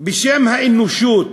בשם האנושות,